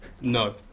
No